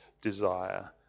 desire